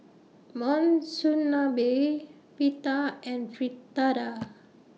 Monsunabe Pita and Fritada